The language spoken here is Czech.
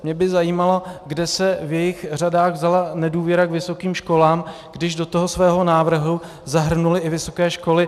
Mě by zajímalo, kde se v jejich řadách vzala nedůvěra k vysokým školám, když do toho svého návrhu zahrnuli i vysoké školy.